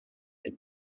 and